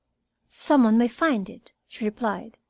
some one may find it, she replied.